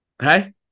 Hey